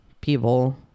people